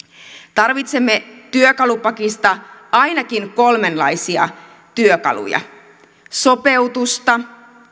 tarvitsemme työkalupakista ainakin kolmenlaisia työkaluja sopeutusta